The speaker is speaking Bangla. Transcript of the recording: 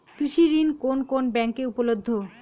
কৃষি ঋণ কোন কোন ব্যাংকে উপলব্ধ?